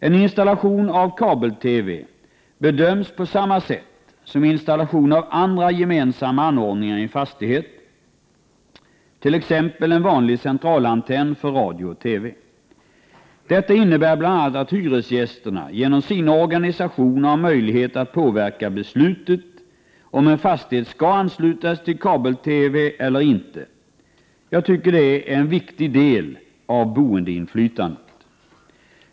En installation av kabel-TV bedöms på samma sätt som installation av andra gemensamma anordningar i en fastighet, t.ex. en vanlig centralantenn för radio och TV. Detta innebär bl.a. att hyresgästerna genom sina organisationer har möjlighet att påverka beslutet om en fastighet skall anslutas till kabel-TV eller inte. Jag tycker att detta är en viktig del av boendeinflytandet.